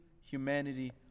humanity